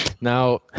now